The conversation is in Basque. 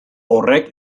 horrek